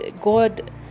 god